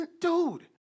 Dude